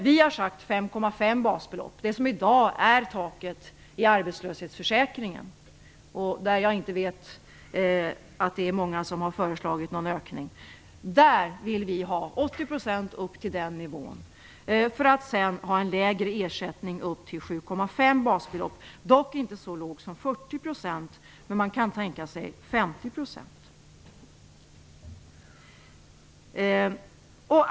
Vi har sagt 5,5 basbelopp, det som i dag är taket i arbetslöshetsförsäkringen, där jag inte vet att det är många som har föreslagit någon ökning. Vi vill ha 80 % upp till den nivån, för att sedan ha en lägre ersättning upp till 7,5 basbelopp, dock inte så låg som 40 %, men man kan tänka sig 50 %.